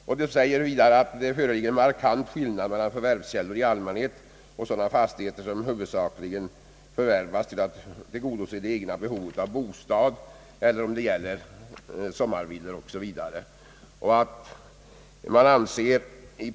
Utskottet sä ger vidare att det föreligger en markant skillnad mellan förvärvskällor i allmänhet och sådana fastigheter, som huvudsakligen förvärvats för att tillgodose det egna behovet av bostad eller, som fallet är med sommarvillor o. d., behovet av rekreation.